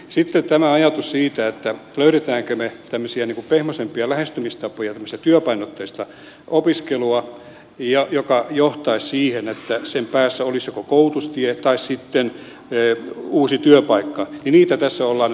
sitten tämä ajatus siitä löydämmekö me tämmöisiä pehmoisempia lähestymistapoja tämmöistä työpainotteista opiskelua joka johtaisi siihen että sen päässä olisi joko koulutustie tai sitten uusi työpaikka niitä tässä ollaan nyt etsimässä